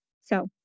So-